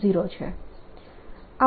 E00 છે